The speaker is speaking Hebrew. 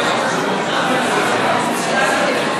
באמת אתם לא מבינים איזה רעש יש במליאה.